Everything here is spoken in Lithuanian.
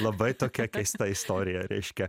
labai tokia keista istorija reiškia